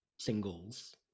singles